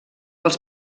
els